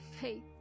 faith